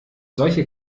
solche